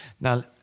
Now